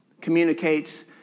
communicates